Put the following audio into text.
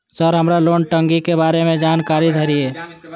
Sir हमरा loan टंगी के बारे में जान कारी धीरे?